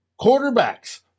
quarterbacks